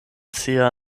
sia